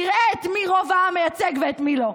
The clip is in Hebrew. נראה מי מייצג את רוב העם ומי לא.